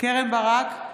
קרן ברק,